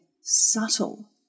subtle